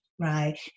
right